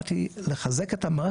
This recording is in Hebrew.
אבל אני לא באתי לחזק את המערכת,